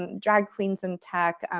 and drag queens in tech, um